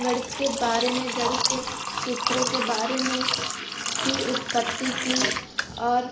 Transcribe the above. गणित के बारे में गणित के सूत्रों के बारे में की उत्पत्ति की और